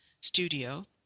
studio